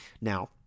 Now